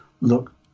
look